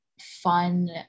fun